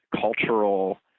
cultural